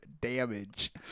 damage